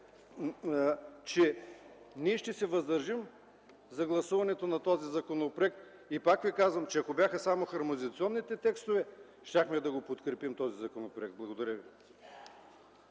че ние ще се въздържим при гласуването на този законопроект. Пак ви казвам, че ако бяха само хармонизационните текстове, щяхме да подкрепим този законопроект. Благодаря ви.